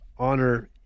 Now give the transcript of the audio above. honor